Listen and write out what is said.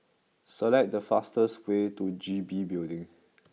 select the fastest way to G B Building